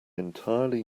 entirely